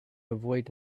avoid